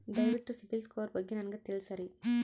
ದಯವಿಟ್ಟು CIBIL score ಬಗ್ಗೆ ನನಗ ತಿಳಸರಿ?